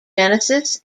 genesis